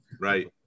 Right